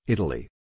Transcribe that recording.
Italy